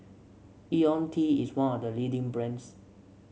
IoniL T is one of the leading brands